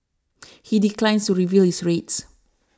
he declines to reveal his rates